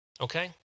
Okay